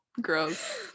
gross